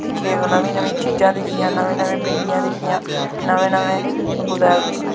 दिक्खे नमीं नमीं चीजां दिक्खियां नमी नमियां पिंडियां दिक्खियां नमें नमें कुदै